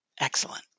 Excellent